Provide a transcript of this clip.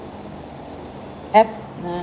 ap~